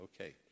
Okay